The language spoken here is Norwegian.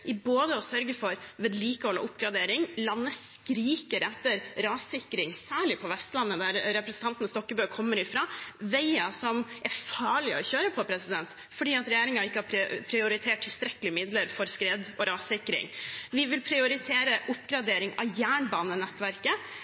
å sørge for både vedlikehold og oppgradering. Landet skriker etter rassikring, særlig på Vestlandet, som representanten Stokkebø kommer fra, av veier som er farlige å kjøre på fordi regjeringen ikke har prioritert tilstrekkelige midler til skred- og rassikring. Vi vil prioritere oppgradering av jernbanenettverket,